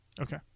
Okay